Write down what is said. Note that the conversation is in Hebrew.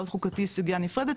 לא חוקתי סוגיה נפרדת,